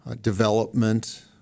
Development